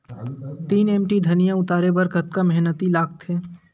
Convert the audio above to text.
तीन एम.टी धनिया उतारे बर कतका मेहनती लागथे?